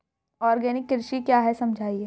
Organic कृषि क्या है समझाइए?